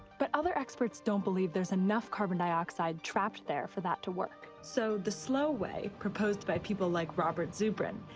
but other experts don't believe there's enough carbon dioxide trapped there for that to work. so, the slow way, proposed by people like robert zubrin,